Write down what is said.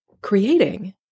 creating